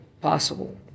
possible